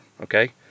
okay